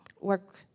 work